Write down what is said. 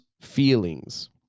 feelings